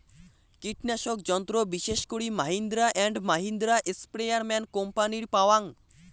কীটনাশক যন্ত্র বিশেষ করি মাহিন্দ্রা অ্যান্ড মাহিন্দ্রা, স্প্রেয়ারম্যান কোম্পানির পাওয়াং